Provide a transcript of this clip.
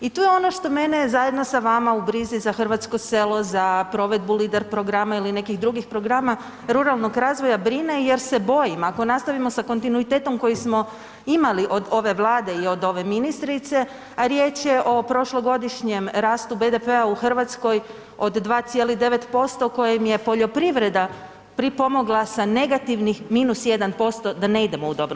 I tu je ono što mene zajedno sa vama u brizi za hrvatsko selo, za provedbu Lider programa ili nekih drugih programa ruralnog razvoja brine jer se bojim ako nastavimo s kontinuitetom koji smo imali od ove Vlade i od ove ministrice, a riječ je o prošlogodišnjem rastu BDP-a u Hrvatskoj od 2,9% kojem je poljoprivreda pripomogla sa negativnih -1% da ne idemo u dobrom smjeru.